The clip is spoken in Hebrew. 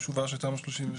התשובה היא שתמ"א 38,